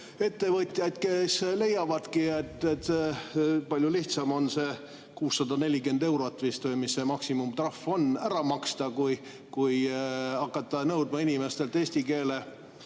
ettevõtjaid, kes leiavadki, et palju lihtsam on see 640 eurot vist, või mis see maksimumtrahv on, ära maksta, kui hakata nõudma inimestelt eesti keele